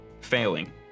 failing